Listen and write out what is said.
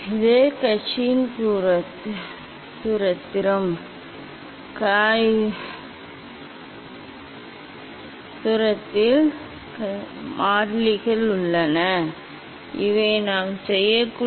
இந்த கொடுக்கப்பட்ட ப்ரிஸத்தின் பொருளின் ஒளிவிலகல் குறியீட்டை அளவிட அனுமதிக்கவா